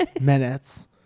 minutes